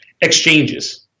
Exchanges